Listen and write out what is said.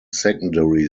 secondary